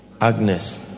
Agnes